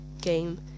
game